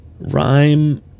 Rhyme